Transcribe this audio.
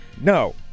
No